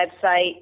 website